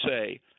say